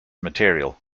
material